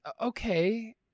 Okay